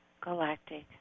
Galactic